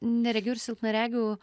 neregių ir silpnaregių